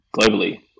globally